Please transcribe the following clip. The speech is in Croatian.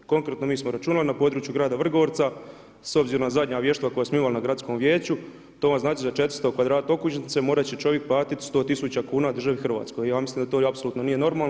Konkretno mi smo računali na području grada Vrgorca s obzirom na zadnja … koja smo imali na gradskom vijeću to vam znači za 400 kvadrata okućnice morat će čovjek platiti 100 tisuća kuna državi Hrvatskoj, ja mislim da to apsolutno nije normalno.